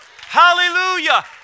Hallelujah